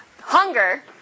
Hunger